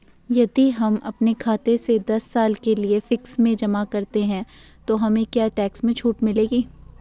यदि हम अपने खाते से दस साल के लिए फिक्स में जमा करते हैं तो हमें क्या टैक्स में छूट मिलेगी?